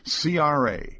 CRA